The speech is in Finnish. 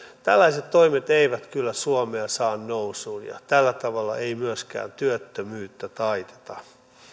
tällaiset toimet eivät kyllä suomea saa nousuun ja tällä tavalla ei myöskään työttömyyttä taiteta